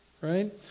right